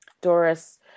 Doris